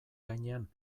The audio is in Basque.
gainean